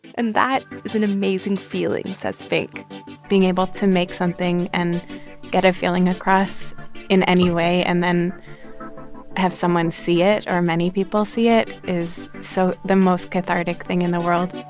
and that is an amazing feeling, says finck being able to make something and get a feeling across in any way and then have someone see it or many people see it is so the most cathartic thing in the world.